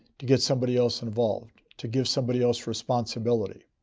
to get somebody else involved. to give somebody else responsibility.